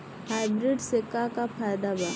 Hybrid से का का फायदा बा?